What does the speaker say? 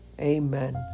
Amen